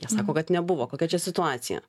jie sako kad nebuvo kokia čia situacija